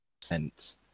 percent